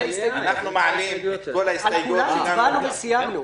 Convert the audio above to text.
אנחנו מעלים את כל ההסתייגויות שלנו.